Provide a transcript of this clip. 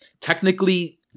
technically